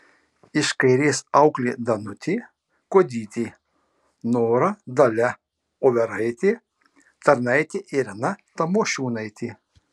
iš kairės auklė danutė kuodytė nora dalia overaitė tarnaitė irena tamošiūnaitė